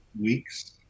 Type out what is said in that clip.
weeks